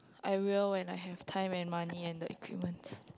I will when I have time and money and the equipment